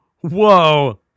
Whoa